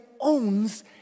owns